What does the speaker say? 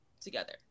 together